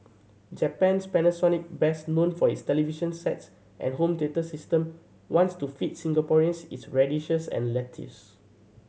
Japan's Panasonic best known for its television sets and home theatre system wants to feed Singaporeans its radishes and lettuce